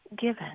given